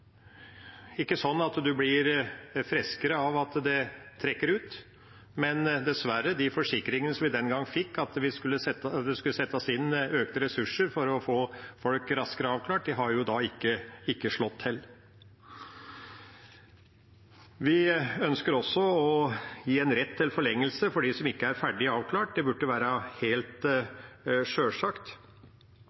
trekker ut. Men dessverre: De forsikringene som vi den gang fikk om at det skulle settes inn økte ressurser for å få folk raskere avklart, har ikke slått til. Vi ønsker også å gi en rett til forlengelse for dem som ikke er ferdig avklart. Det burde være helt sjølsagt.